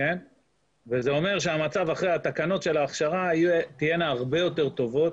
וזה אומר שהמצב אחרי התקנות של ההכשרה יהיה הרבה יותר טוב,